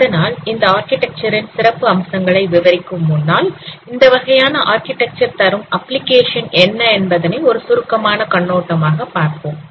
அதனால் இந்த ஆர்க்கிடெக்சர் ன் சிறப்பு அம்சங்களை விவரிக்கும் முன்னால் இந்த வகையான ஆர்க்கிடெக்சர் தரும் அப்ளிகேஷன் என்ன என்பதனை ஒரு சுருக்கமான கண்ணோட்டமாக பார்ப்போம்